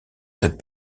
cette